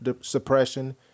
suppression